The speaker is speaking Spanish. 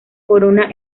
corona